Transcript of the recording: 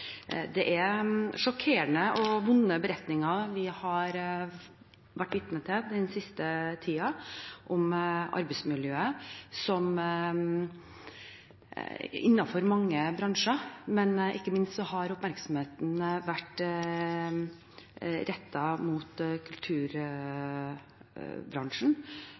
Det er sjokkerende og vonde beretninger vi har vært vitne til den siste tiden om arbeidsmiljøet innenfor mange bransjer. Ikke minst har oppmerksomheten vært rettet mot kulturbransjen,